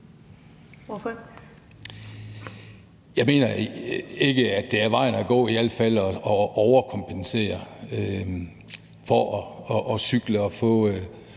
hvert fald ikke, at det er vejen at gå at overkompensere for at cykle og få